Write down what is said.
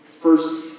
first